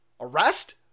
Arrest